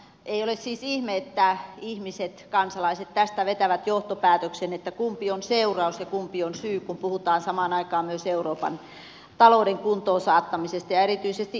ei ole siis ihme että ihmiset kansalaiset tästä vetävät johtopäätöksen kumpi on seuraus ja kumpi on syy kun puhutaan samaan aikaan myös euroopan talouden kuntoon saattamisesta ja erityisesti espanjan